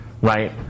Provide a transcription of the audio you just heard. Right